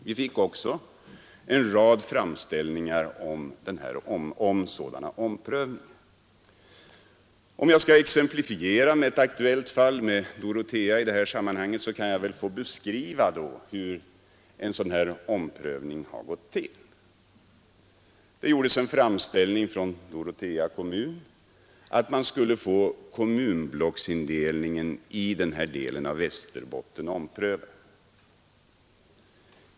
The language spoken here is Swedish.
Vi fick också mycket riktigt en rad framställningar om sådana omprövningar. Jag kan här exemplifiera med det aktuella Doroteafallet för att visa hur en sådan omprövning kan gå till. indelningen i denna del av Västerbotten omprövad.